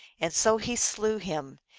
and so he slew him,